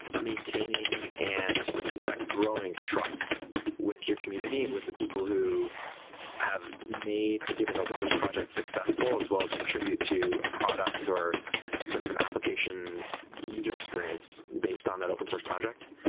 maintaining and in fact growing trust with your community and with the people who have made a given open source project successful as well as contribute to a product or sort of an application user experience based on that open source project.